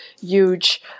huge